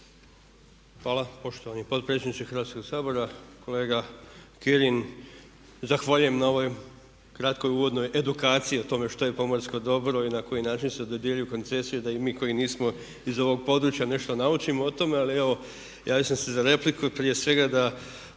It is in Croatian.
Hvala poštovani potpredsjedniče Hrvatskog sabora. Kolega Kirin, zahvaljujem na ovoj kratkoj uvodnoj edukaciji o tome što je pomorsko dobro i na koji način se dodjeljuju koncesije da i mi koji nismo iz ovog područja nešto naučimo o tome. Ali evo javio sam se za repliku i prije svega da